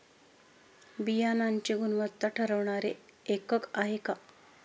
बियाणांची गुणवत्ता ठरवणारे एकक आहे का?